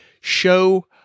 show